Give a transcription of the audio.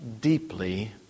deeply